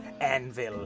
anvil